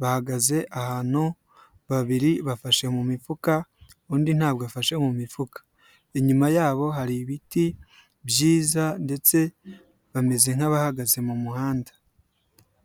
bahagaze ahantu babiri bafashe mu mifuka undi ntabwo afashe mu mifuka, inyuma yabo hari ibiti byiza ndetse bameze nk'abahagaze mu muhanda.